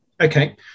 Okay